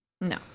No